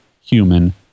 human